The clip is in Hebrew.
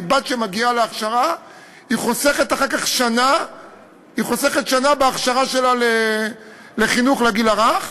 כי בת שמגיעה להכשרה חוסכת אחר כך שנה בהכשרה שלה לחינוך לגיל הרך.